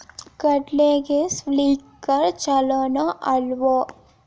ಕಡ್ಲಿಗೆ ಸ್ಪ್ರಿಂಕ್ಲರ್ ಛಲೋನೋ ಅಲ್ವೋ?